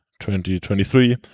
2023